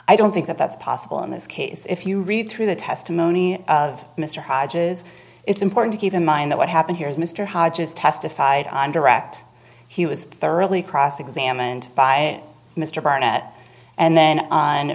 i don't think that's possible in this case if you read through the testimony of mr hodges it's important to keep in mind that what happened here is mr hodges testified on direct he was thoroughly cross examined by mr barnett and then on